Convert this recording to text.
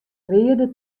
reade